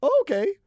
Okay